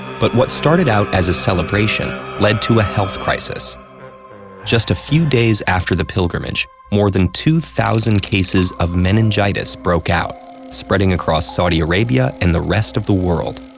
but what started out as a celebration led to a health crisis just a few days after the pilgrimage, more than two thousand cases of meningitis broke out spreading across saudi arabia and the rest of the world.